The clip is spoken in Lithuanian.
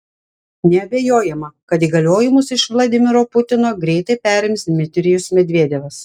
neabejojama kad įgaliojimus iš vladimiro putino greitai perims dmitrijus medvedevas